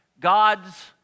God's